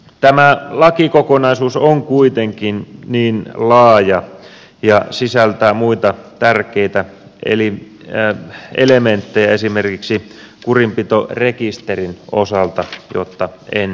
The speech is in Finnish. tämä lakikokonaisuus on kuitenkin niin laaja ja sisältää muita tärkeitä elementtejä esimerkiksi kurinpitorekisterin osalta että en tätä tee